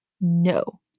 no